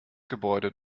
gebäude